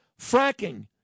fracking